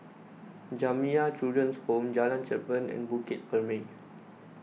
Jamiyah Children's Home Jalan Cherpen and Bukit Purmei